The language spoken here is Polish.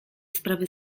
sprawy